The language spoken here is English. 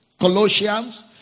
Colossians